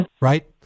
right